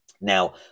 Now